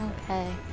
okay